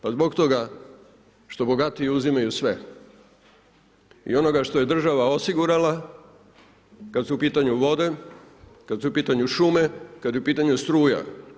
Pa zbog toga što bogatiji uzimaju sve i onoga što je država osigurala kad su u pitanju vode, kad su u pitanju šume, kad je u pitanju struja.